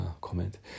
comment